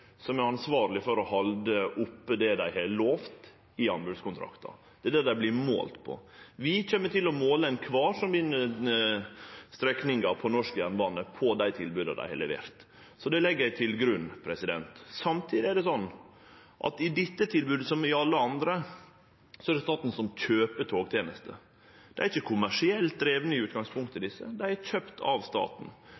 dei har lovt i anbodskontrakten. Det er det dei vert målte på. Vi kjem til å måle alle som vinn strekningar på norsk jernbane, på dei tilboda dei har levert. Så det legg eg til grunn. Samtidig er det sånn at i dette tilbodet som i alle andre er det staten som kjøper togtenester. Dei er ikkje kommersielt drivne i